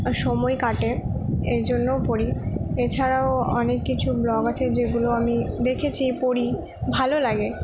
আর সময় কাটে এই জন্যও পড়ি এছাড়াও অনেক কিছু ব্লগ আছে যেগুলো আমি দেখেছি পড়ি ভালো লাগে